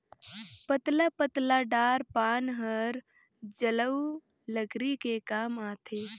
पतला पतला डार पान हर जलऊ लकरी के काम आथे